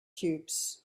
cubes